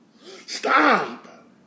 Stop